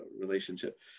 relationship